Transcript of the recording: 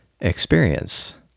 experience